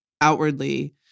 outwardly